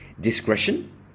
Discretion